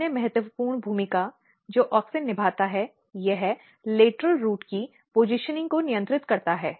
एक अन्य महत्वपूर्ण भूमिका जो ऑक्सिन निभाता है यह लेटरल रूट की स्थिति को नियंत्रित करता है